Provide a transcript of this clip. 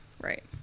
right